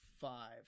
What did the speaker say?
five